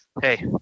Hey